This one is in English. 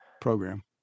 program